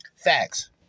Facts